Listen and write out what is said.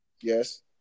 Yes